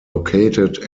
located